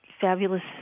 fabulous